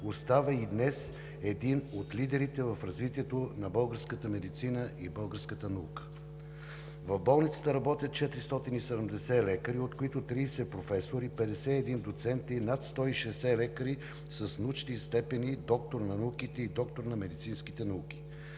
остава и днес един от лидерите в развитието на българската медицина и българската наука. В болницата работят 470 лекари, от които 30 професори, 51 доценти, над 160 лекари с научни степени „Доктор на науките“ и „Доктор на медицинските науки“.